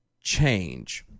change